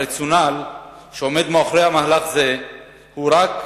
הרציונל שעומד מאחורי מהלך זה הוא לא רק